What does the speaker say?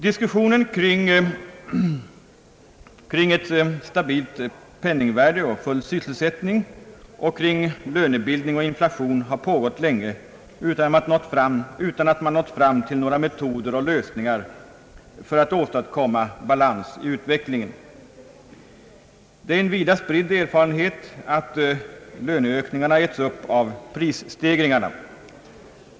Diskussionen kring ett stabilt penningvärde och full sysselsättning, kring lönebildningen och inflationen, har pågått länge utan att man nått fram till några metoder och lösningar för att åstadkomma balans i utvecklingen. Dei är en vida spridd erfarenhet att löneökningarna äts upp av prisstegringarna.